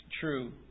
true